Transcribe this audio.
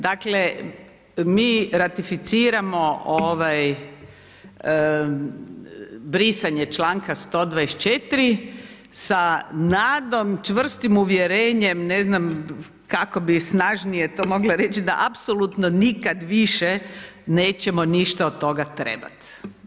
Dakle mi ratificiramo ovaj brisanje članka 124. sa nadom, čvrstim uvjerenjem, ne znam kako bi to snažnije mogla reći, da apsolutno nikad više nećemo ništa od toga trebat.